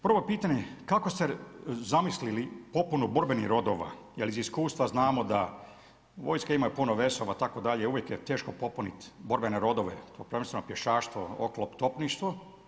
Prvo pitanje, kako ste zamislili popunu borbenih rodova jel iz iskustva znamo da vojska ima puno vezova itd. uvijek je teško popuniti borbene rodove, prvenstveno pješaštvo, oklop, topništvo?